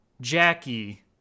Jackie